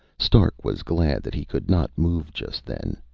stark was glad that he could not move just then.